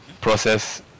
process